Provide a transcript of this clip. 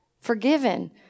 forgiven